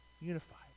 unified